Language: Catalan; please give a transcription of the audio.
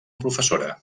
professora